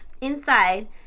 inside